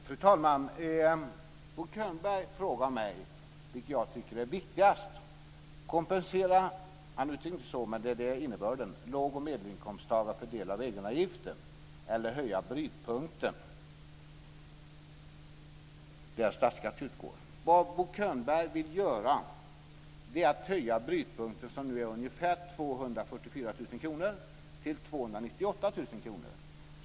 Fru talman! Bo Könberg frågade mig vilket jag tycker är viktigast, kompensera låg och medelinkomsttagare för egenavgifter eller att höja brytpunkten där statlig skatt utgår. Vad Bo Könberg vill göra är att höja brytpunkten som nu ligger på ca 244 000 kr till 298 000 kr.